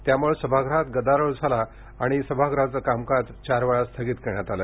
त्यामुळे सभागृहात गदारोळ झाला यामूळे काल सभागृहाचं कामकाज चार वेळा स्थगित करण्यात आलं